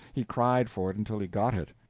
he cried for it until he got it.